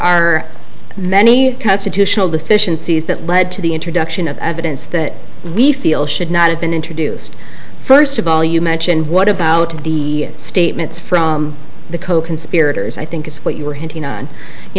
are many constitutional deficiencies that lead to the introduction of evidence that we feel should not have been introduced first of all you mentioned what about the statements from the coconspirators i think is what you were hitting on you